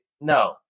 No